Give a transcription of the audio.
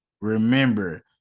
remember